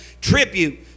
tribute